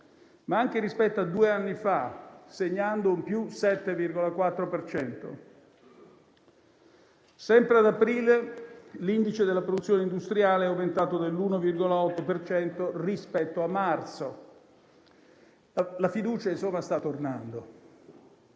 ma anche rispetto a due anni fa, segnando un aumento del 7,4 per cento. Sempre ad aprile, l'indice della produzione industriale è aumentato dell'1,8 per cento rispetto a marzo. La fiducia, insomma, sta tornando.